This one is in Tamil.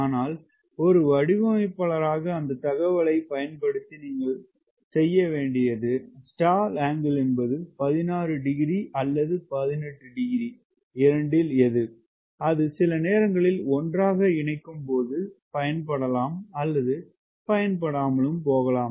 ஆனால் ஒரு வடிவமைப்பாளராக அந்த தகவலை பயன்படுத்தி நீங்கள் செய்ய வேண்டியது ஸ்டால் அங்கிள் என்பது 16 டிகிரி அல்லது 18 டிகிரி யா அது சிலநேரங்களில் ஒன்றாக இணைக்கும் போது அது பயன் படலாம் அல்லது பயன்படாமல் போகலாம்